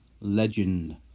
Legend